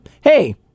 Hey